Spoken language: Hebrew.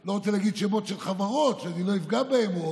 אני לא רוצה להגיד שמות של חברות כדי שאני לא אפגע בהן,